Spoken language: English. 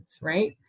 right